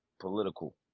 political